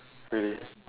really